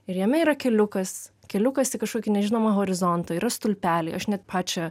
ir jame yra keliukas keliukas į kažkokį nežinomą horizontą yra stulpeliai aš net pačią